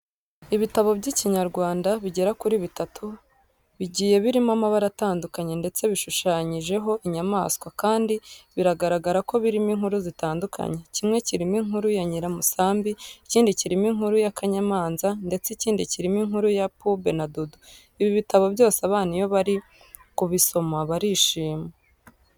Ibitabo by'Ikinyarwanda bigera kuri bitatu bigiye birimo amabara atandukanye ndetse bishushanyijeho inyamaswa kandi biragaragara ko birimo inkuru zitandukanye. Kimwe kirimo inkuru ya Nyiramusambi, ikindi kirimo inkuru y'akanyamanza ndetse ikindi kirimo inkuru ya Pube na Dudu. Ibi bitabo byose abana iyo bari kubisoma barishima.